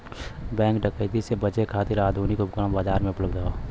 bank डकैती से बचे खातिर आधुनिक उपकरण बाजार में उपलब्ध हौ